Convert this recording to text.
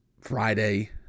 Friday